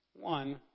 One